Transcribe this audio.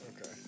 Okay